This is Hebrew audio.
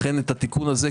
לכן את התיקון הזה,